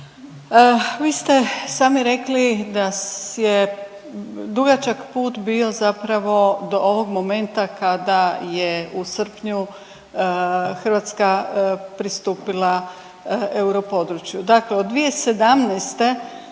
vi ste sami rekli da je dugačak put bio zapravo do ovog momenta kada je u srpnju Hrvatska pristupila europodručju, dakle od 2017.